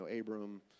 Abram